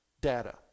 data